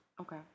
Okay